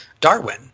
Darwin